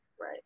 Right